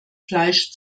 fleisch